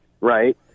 right